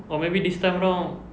or maybe this time round